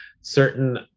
certain